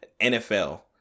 NFL